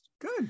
Good